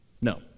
No